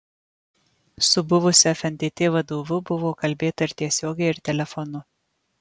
su buvusiu fntt vadovu buvo kalbėta ir tiesiogiai ir telefonu